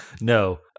No